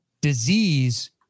Disease